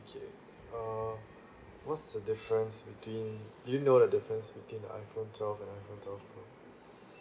okay uh what's the difference between do you know the difference between iPhone twelve and iPhone twelve pro